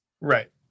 Right